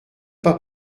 pas